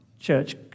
Church